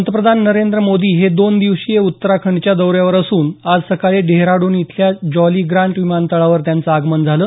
पंतप्रधान नरेंद्र मोदी हे दोन दिवसीय उत्तराखंडच्या दौऱ्यावर असून आज सकाळी डेहराड्रन इथल्या जॉली ग्रांट विमानतळावर त्यांच आगमन झालं